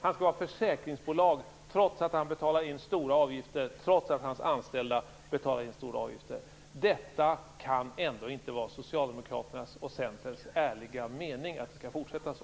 Han skall vara försäkringsbolag, trots att han betalar in stora avgifter, och trots att hans anställda betalar in stora avgifter. Det kan ändå inte vara Socialdemokraternas och Centerns ärliga mening att det skall fortsätta så.